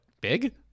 Big